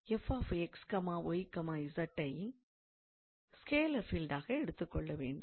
𝑓𝑥𝑦𝑧 ஐ ஸ்கேலர் பீல்டாக எடுத்துக்கொள்ள வேண்டும்